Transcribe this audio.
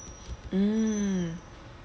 mm